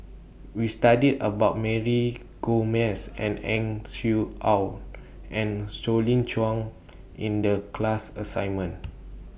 We studied about Mary Gomes and Ang Swee Aun and Colin Cheong in The class assignment